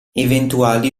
eventuali